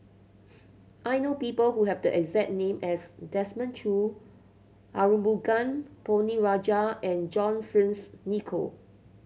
I know people who have the exact name as Desmond Choo Arumugam Ponnu Rajah and John Fearns Nicoll